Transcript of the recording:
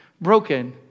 broken